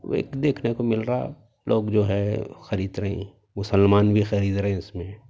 وہ ایک دیکھنے کو مل رہا ہے لوگ جو ہے خرید رہے ہیں مسلمان بھی خرید رہے ہیں اس میں